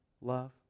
love